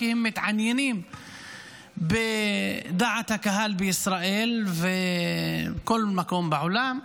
כי הם מתעניינים בדעת הקהל בישראל וכל מקום בעולם,